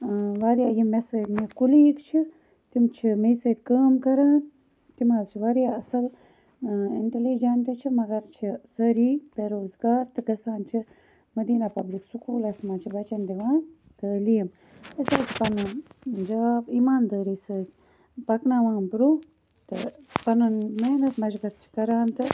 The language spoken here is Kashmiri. واریاہ یِم مےٚ سۭتۍ مےٚ کُلیٖگ چھِ تِم چھِ میٚیہِ سۭتۍ کٲم کَران تِم حظ چھِ واریاہ اصل اِنٹیلِجنٹ چھِ مگر چھِ سٲری بیٚروزگار تہٕ گَژھان چھِ مدیٖنہ پَبلِک سکولَس مَنٛز چھِ بَچَن دِوان تعلیٖم أسۍ حظ چھ پَنُن جاب ایٖماندٲری سۭتۍ پَکناوان برونٛہہ تہٕ پَنن محنت مَشقت چھِ کَران تہٕ